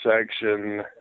section